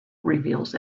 reveals